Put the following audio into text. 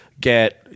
get